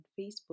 Facebook